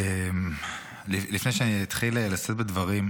לפני שאתחיל לשאת דברים,